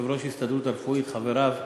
יושב-ראש ההסתדרות הרפואית, חבריו.